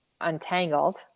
untangled